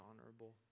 honorable